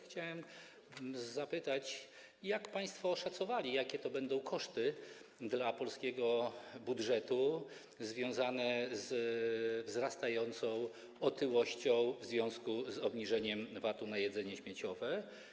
Chciałem zapytać, jak państwo oszacowali, jakie to będą koszty dla polskiego budżetu wynikające ze wzrostu otyłości w związku z obniżeniem VAT na jedzenie śmieciowe.